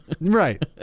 right